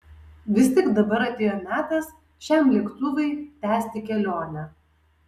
vis tik dabar atėjo metas šiam lėktuvui tęsti kelionę